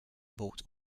brought